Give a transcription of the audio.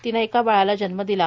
तिने एका बाळाला जन्म दिला